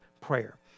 prayer